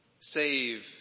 Save